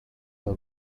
are